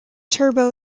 turbo